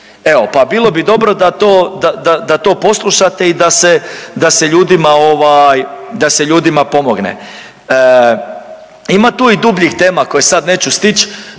Evo, pa bilo bi dobro da to, da to poslušate i da se ljudima ovaj, da se ljudima pomogne. Ima tu i dubljih tema koje sad neću stić